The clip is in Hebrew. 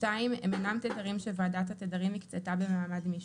2. הם אינם תדרים שוועדת התדרים הקצתה במעמד משני,